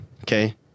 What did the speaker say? Okay